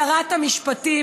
שרת המשפטים,